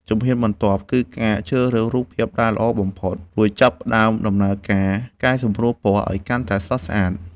ជំហានបន្ទាប់ គឺការជ្រើសរើសរូបភាពដែលល្អបំផុត រួចចាប់ផ្ដើមដំណើរការកែសម្រួលពណ៌ ឱ្យកាន់តែស្រស់ស្អាត។